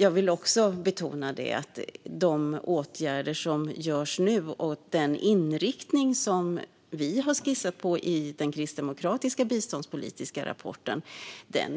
Jag vill dock betona att de åtgärder som vidtas nu, och den inriktning som vi har skissat på i den kristdemokratiska biståndspolitiska rapporten,